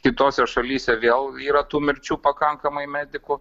kitose šalyse vėl yra tų mirčių pakankamai medikų